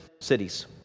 cities